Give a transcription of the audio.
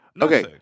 Okay